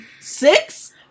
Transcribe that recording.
Six